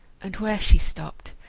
and where she stopped,